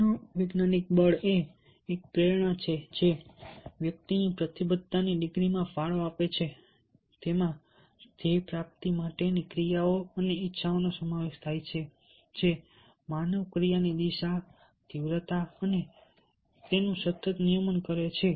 મનોવૈજ્ઞાનિક બળ એ એક પ્રેરણા છે જે વ્યક્તિની પ્રતિબદ્ધતાની ડિગ્રીમાં ફાળો આપે છે તેમાં ધ્યેય પ્રાપ્તિ માટેની ક્રિયાઓ અને ઇચ્છાઓનો સમાવેશ થાય છે જે માનવ ક્રિયાની દિશા તીવ્રતા અને સતત નિયમન કરે છે